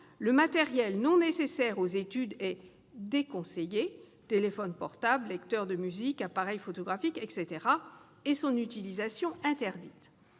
Le matériel non nécessaire aux études est déconseillé (téléphone portable, lecteur de musique, appareil photographique, etc.) et son utilisation interdite.